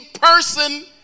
person